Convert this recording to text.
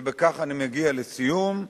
ובכך אני מגיע לסיום.